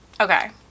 okay